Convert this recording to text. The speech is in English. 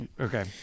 Okay